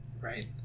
Right